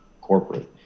corporate